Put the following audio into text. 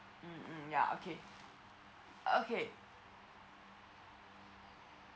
mm ya okay okay